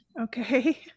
Okay